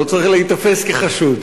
לא צריך להיתפס כחשוד.